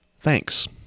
Thanks